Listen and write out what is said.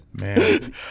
man